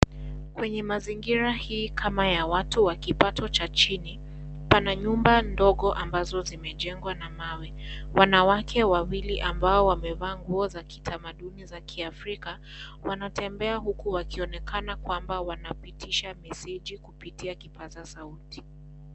Kwenye mazingira hii kama ya watu wa kipato cha chini, pana nyumba ndogo ambazo zimejengwa na mawe, wanawake wawili ambao wamevaa nguo za kitamaduni za kiafrika wanatembea huku wakionekana kwamba wanapitisha meseji kupitia kipaza sauti.